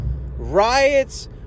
riots